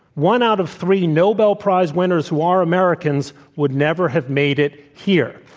one out of three nobel prize winners who are americans would never have made it here.